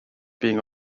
being